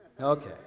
Okay